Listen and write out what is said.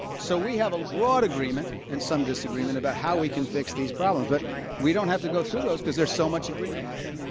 so we have a broad agreement and some disagreement about how we can fix these problems. but we don't have to go through those because there's so much agreement here.